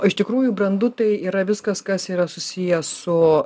o iš tikrųjų brandu tai yra viskas kas yra susiję su